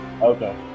Okay